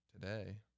today